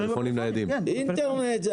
אינטרנט.